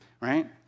right